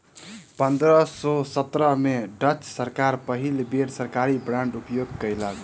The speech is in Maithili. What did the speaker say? पंद्रह सौ सत्रह में डच सरकार पहिल बेर सरकारी बांड के उपयोग कयलक